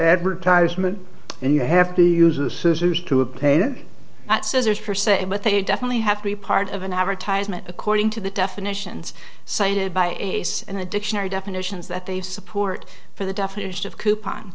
advertisement and you have to use a scissors to obtain that scissors for sale but they definitely have to be part of an advertisement according to the definitions cited by ace in the dictionary definitions that they support for the definition of coupon